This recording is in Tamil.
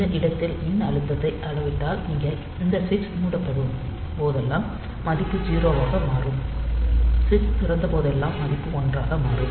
இந்த இடத்தில் மின்னழுத்தத்தை அளவிட்டால் இந்த சுவிட்ச் மூடப்படும் போதெல்லாம் மதிப்பு 0 ஆக மாறும் சுவிட்ச் திறந்த போதெல்லாம் மதிப்பு 1 ஆக மாறும்